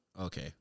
okay